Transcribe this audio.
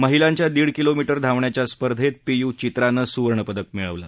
महिलांच्या दीड किलोमीटर धावण्याच्या स्पर्धेत पी यू चित्रानं सुवर्णपदक मिळवलं